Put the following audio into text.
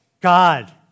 God